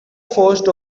forced